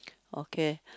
okay